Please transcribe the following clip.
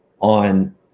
on